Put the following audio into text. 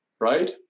right